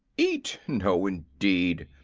eat! no, indeed.